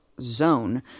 zone